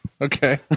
Okay